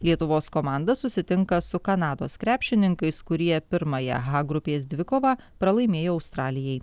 lietuvos komanda susitinka su kanados krepšininkais kurie pirmąją h grupės dvikovą pralaimėjo australijai